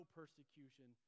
persecution